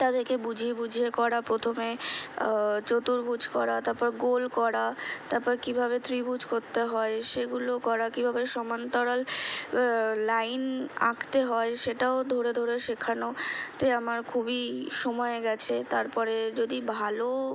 তাদেরকে বুঝিয়ে বুঝিয়ে করা প্রথমে চতুর্ভুজ করা তাপর গোল করা তারপরে কীভাবে ত্রিভুজ করতে হয় সেগুলো করা কীভাবে সমান্তরাল লাইন আঁকতে হয় সেটাও ধরে ধরে শেখানো এতে আমার খুবই সময় গেছে তারপরে যদি ভালো